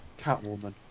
Catwoman